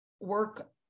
work